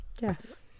Yes